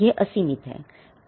यह असीमित है